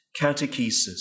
catechesis